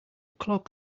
clock